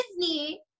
Disney